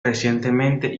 recientemente